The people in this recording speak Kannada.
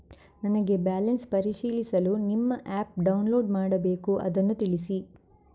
ನನಗೆ ಬ್ಯಾಲೆನ್ಸ್ ಪರಿಶೀಲಿಸಲು ನಿಮ್ಮ ಆ್ಯಪ್ ಡೌನ್ಲೋಡ್ ಮಾಡಬೇಕು ಅದನ್ನು ತಿಳಿಸಿ?